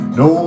no